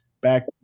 back